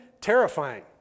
terrifying